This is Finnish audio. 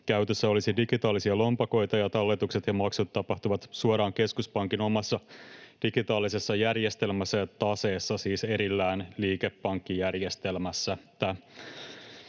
Käytössä olisi digitaalisia lompakoita, ja talletukset ja maksut tapahtuisivat suoraan keskuspankin omassa digitaalisessa järjestelmässä ja taseessa, siis erillään liikepankkijärjestelmästä.